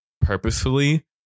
purposefully